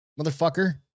Motherfucker